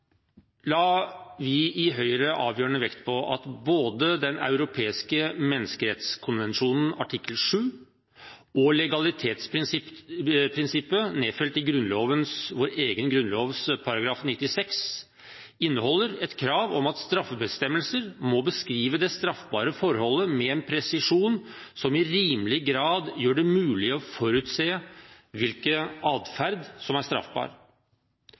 at både Den europeiske menneskerettskonvensjon artikkel 7 og legalitetsprinsippet nedfelt i Grunnloven – vår egen grunnlov –§ 96 inneholder et krav om at staffebestemmelser må beskrive det straffbare forholdet med en presisjon som i rimelig grad gjør det mulig å forutse hvilken atferd som er straffbar.